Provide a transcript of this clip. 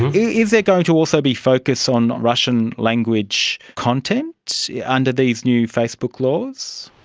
is there going to also be focus on russian language content under these new facebook laws?